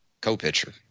Co-pitcher